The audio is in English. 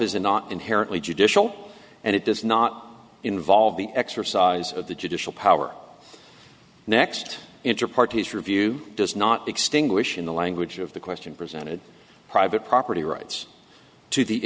is not inherently judicial and it does not involve the exercise of the judicial power next interparty is review does not extinguish in the language of the question presented private property rights to the